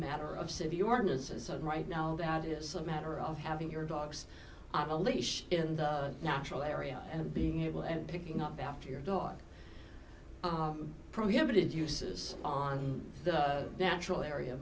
matter of city ordinances and right now that is a matter of having your dogs out a leash in the natural area and being able and picking up after your dog prohibited uses on the natural area